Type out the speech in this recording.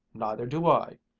neither do i!